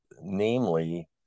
namely